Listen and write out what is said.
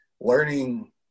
learning